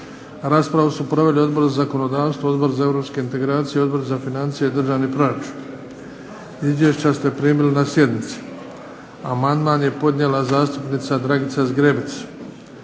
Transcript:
Raspravu su proveli Odbor za zakonodavstvo, Odbor za europske integracije, Odbor za financije i državni proračun. Izvješća ste primili na sjednici. Amandman je podnijela zastupnica Dragica Zgrebec.